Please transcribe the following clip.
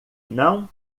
não